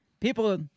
people